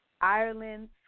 Ireland